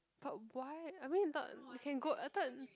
but why I mean thought you can go I thought